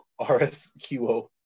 RSQO